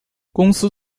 公司